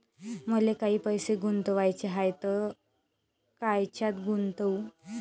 मले काही पैसे गुंतवाचे हाय तर कायच्यात गुंतवू?